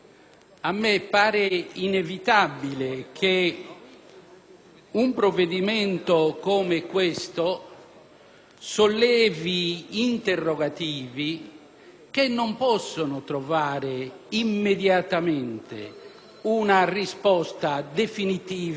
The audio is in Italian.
un provvedimento come questo sollevi interrogativi che non possono trovare immediatamente una risposta definitiva e del tutto rassicurante.